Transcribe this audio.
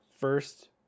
first